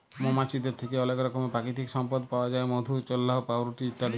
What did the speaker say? মমাছিদের থ্যাকে অলেক রকমের পাকিতিক সম্পদ পাউয়া যায় মধু, চাল্লাহ, পাউরুটি ইত্যাদি